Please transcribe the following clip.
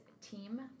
Team